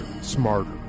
smarter